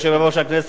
כבוד יושב-ראש הכנסת,